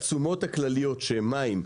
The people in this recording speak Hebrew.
התשומות הכלליות שהן מים,